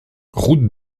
route